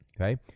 okay